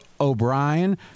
O'Brien –